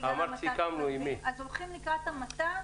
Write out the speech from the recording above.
אז הולכים לקראת המתה,